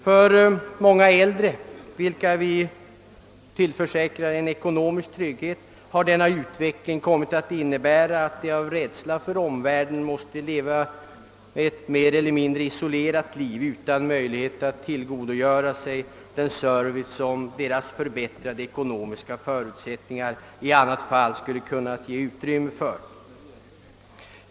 För många äldre, vilka vi tillförsäkrar en ekonomisk trygghet, har denna utveckling kommit att innebära att de av rädsla för omvärlden måste leva ett mer eller mindre isolerat liv, utan möjlighet att tillgodogöra sig den service som deras förbättrade ekonomiska förutsättningar i annat fall skulle kunnat ge utrymme för.